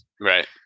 Right